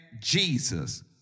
Jesus